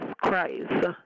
Christ